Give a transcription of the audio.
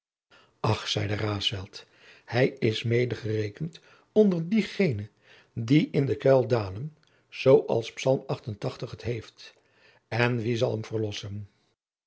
ach zeide raesfelt hij is medegerekend onder diegene die in den kuil dalen zoo als salm het heeft en wie zal hem verlossen